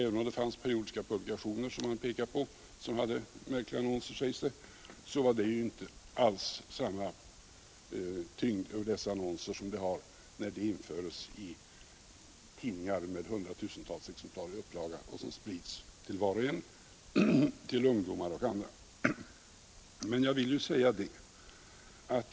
Även om det, som han påpekar, fanns periodiska publikationer som hade märkliga annonser, var det inte alls samma tyngd över dessa annonser som över annonser som införs i tidningar med hundratusentals exemplar i upplaga som sprids till var och en, till ungdomar och andra.